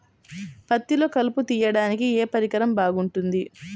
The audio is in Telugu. పత్తిలో కలుపు తీయడానికి ఏ పరికరం బాగుంటుంది?